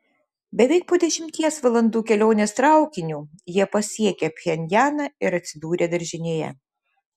beveik po dešimties valandų kelionės traukiniu jie pasiekė pchenjaną ir atsidūrė daržinėje